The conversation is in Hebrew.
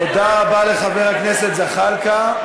תודה רבה לחבר הכנסת זחאלקה.